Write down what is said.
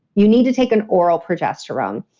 you need to take an oral progesterone.